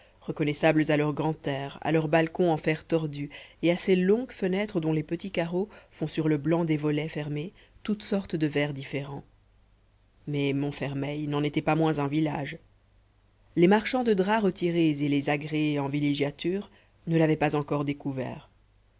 reconnaissables à leur grand air à leurs balcons en fer tordu et à ces longues fenêtres dont les petits carreaux font sur le blanc des volets fermés toutes sortes de verts différents mais montfermeil n'en était pas moins un village les marchands de drap retirés et les agréés en villégiature ne l'avaient pas encore découvert